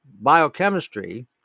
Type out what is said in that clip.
biochemistry